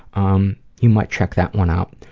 um, you might check that one out,